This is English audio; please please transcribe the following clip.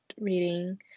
reading